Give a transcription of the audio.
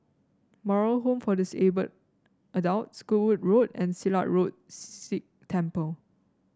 Moral Home for Disabled Adults Goodwood Road and Silat Road Sikh Temple